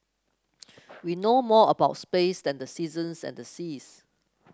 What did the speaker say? we know more about space than the seasons and the seas